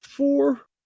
four